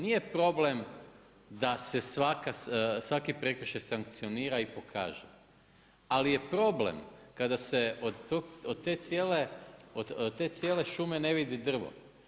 Nije problem da se svaki prekršaj sankcionira i pokaže, ali je problem kada se od te cijele šume ne vidi drvo.